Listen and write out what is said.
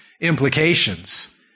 implications